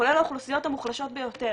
כולל האוכלוסיות המוחלשות ביותר,